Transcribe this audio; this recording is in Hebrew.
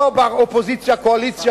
לא באופוזיציה-קואליציה,